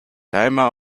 timer